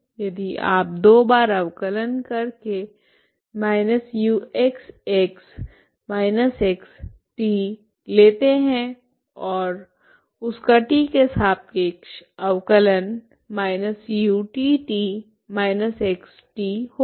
यदि आप दो बार अवकलन कर के uxx−x t लेते है और उसका t के सापेक्ष अवकलन utt−x t होगा